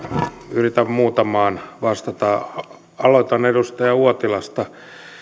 yritän muutamaan vastata aloitan edustaja uotilasta